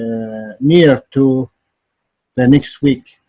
near to the next week.